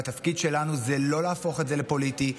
והתפקיד שלנו זה לא להפוך את זה פוליטי,